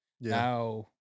now